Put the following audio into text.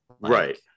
right